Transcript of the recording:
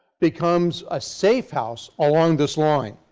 becomes a safe house along this line.